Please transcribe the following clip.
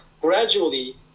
gradually